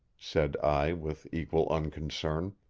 said i with equal unconcern.